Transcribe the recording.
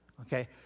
Okay